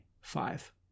five